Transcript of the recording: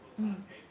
mm